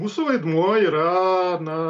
mūsų vaidmuo yra na